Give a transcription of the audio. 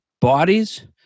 bodies